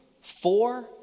four